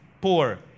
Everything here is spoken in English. poor